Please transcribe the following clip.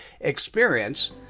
experience